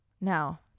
now